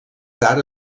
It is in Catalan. tard